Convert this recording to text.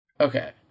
Okay